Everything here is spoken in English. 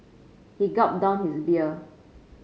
he gulped down his beer